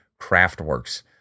Craftworks